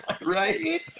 Right